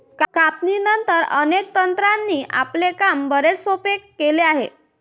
कापणीनंतर, अनेक तंत्रांनी आपले काम बरेच सोपे केले आहे